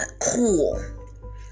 cool